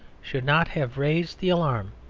should not have raised the alarm.